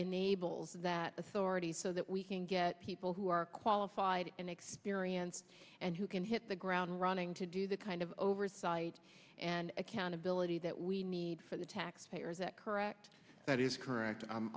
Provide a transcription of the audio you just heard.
enables that authority so that we can get people who are qualified and experienced and who can hit the ground running to do the kind of oversight and accountability that we need for the taxpayer is that correct that is correct